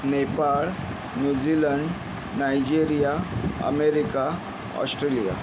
Nepal New Zealand Nigeria America Australia